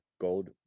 gold